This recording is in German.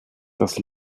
das